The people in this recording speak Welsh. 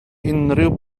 unrhyw